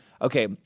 Okay